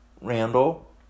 Randall